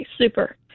super